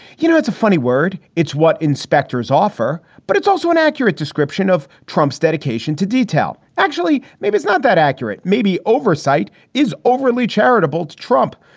you know, it's a funny word. it's what inspectors offer. but it's also an accurate description of trump's dedication to detail. actually, maybe it's not that accurate. maybe oversight is overly charitable to trump.